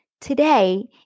Today